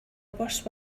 worse